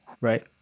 Right